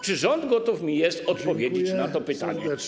Czy rząd gotów jest odpowiedzieć mi na to pytanie?